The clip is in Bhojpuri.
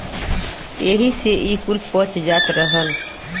एही से ई कुल पच जात रहल